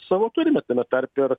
savo turime tame tarpe ir